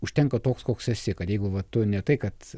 užtenka toks koks esi kad jeigu va tu ne tai kad